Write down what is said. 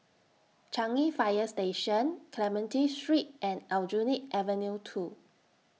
Changi Fire Station Clementi Street and Aljunied Avenue two